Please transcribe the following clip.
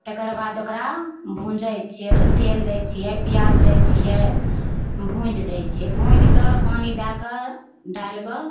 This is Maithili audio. तेकरबाद ओकरा भुँजैत छियै तेल दै छियै पिआज दै छियै भुँजि दै छियै भुँजि कऽ पानि दए कऽ डालि कऽ